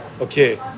okay